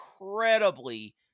incredibly